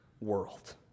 world